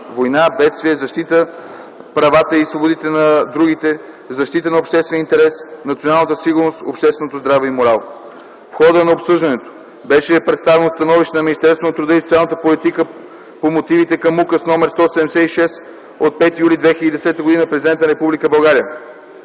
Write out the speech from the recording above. война, бедствие, защита правата и свободите на другите, защита на обществения интерес, националната сигурност, общественото здраве и морал. В хода на обсъждането беше представено становището на Министерството на труда и социалната политика по мотивите към Указ № 176 от 5 юли 2010 г. на президента на Република България.